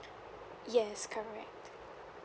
yes correct